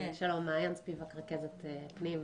שלום, מעיין ספיבק, רכזת פנים.